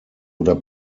oder